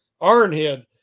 Ironhead